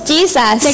Jesus